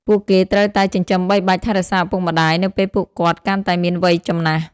ពួកគេត្រូវតែចិញ្ចឹមបីបាច់ថែរក្សាឪពុកម្តាយ នៅពេលពួកគាត់កាន់តែមានវ័យចំណាស់។